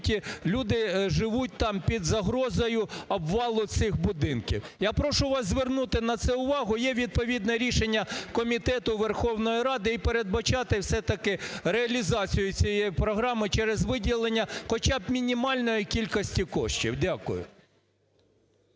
люди живуть там під загрозою обвалу цих будинків. Я прошу вас звернути на це увагу. Є відповідне рішення Комітету Верховної Ради, і передбачати все-таки реалізацію цієї програми через виділення хоча б мінімальної кількості коштів. Дякую.